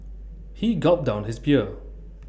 he gulped down his beer